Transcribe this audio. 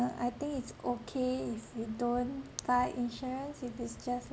I think it's okay if you don't buy insurance if it's just like